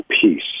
peace